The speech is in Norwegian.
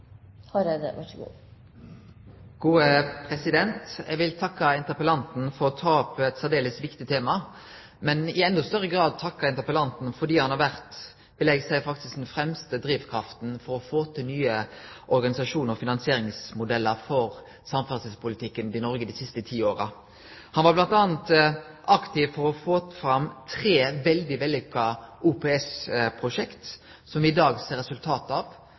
Eg vil takke interpellanten for å ta opp eit særdeles viktig tema. Men i enda større grad vil eg takke interpellanten fordi han har vore den fremste drivkrafta for å få til nye organisasjons- og finansieringsmodellar for samferdselspolitikken i Noreg dei siste ti åra. Han har bl.a. vore aktiv for å få fram tre vellykka OPS-prosjekt, som me i dag ser resultatet av.